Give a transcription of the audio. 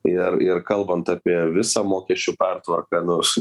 ir ir kalbant apie visą mokesčių pertvarką nors